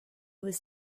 was